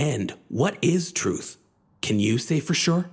end what is truth can you say for sure